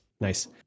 Nice